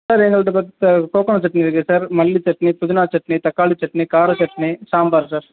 sir எங்கள்கிட்ட கொத்த coconut chutney இருக்குது சார் மல்லி சட்னி புதினா சட்னி தக்காளி சட்னி கார சட்னி சாம்பார் சார்